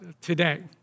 today